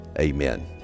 amen